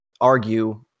argue